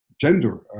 Gender